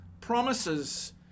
promises